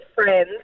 friends